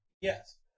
yes